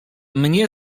mnie